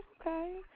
okay